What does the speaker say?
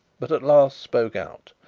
but at last spoke out.